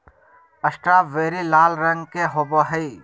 strawberry लाल रंग के होव हई